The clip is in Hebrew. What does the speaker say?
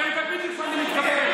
אתה יודע בדיוק למה אני מתכוון.